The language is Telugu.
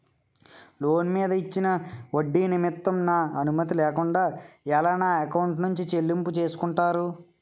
లోన్ మీద ఇచ్చిన ఒడ్డి నిమిత్తం నా అనుమతి లేకుండా ఎలా నా ఎకౌంట్ నుంచి చెల్లింపు చేసుకుంటారు?